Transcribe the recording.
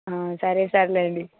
సరే సర్లే అండి